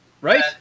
Right